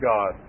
God